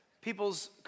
People's